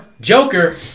Joker